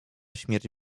śmierć